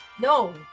No